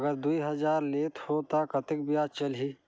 अगर दुई हजार लेत हो ता कतेक ब्याज चलही?